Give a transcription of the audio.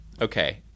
okay